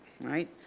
right